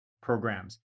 programs